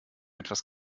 etwas